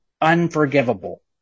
unforgivable